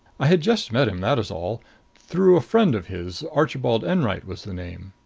i had just met him that is all through a friend of his archibald enwright was the name.